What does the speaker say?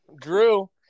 Drew